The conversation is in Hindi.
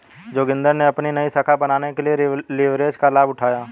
जोगिंदर ने अपनी नई शाखा बनाने के लिए लिवरेज का लाभ उठाया